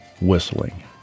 whistling